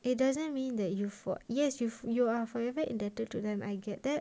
it doesn't mean that you for yes you are forever indebted to them and I get that